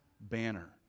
banner